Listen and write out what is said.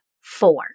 four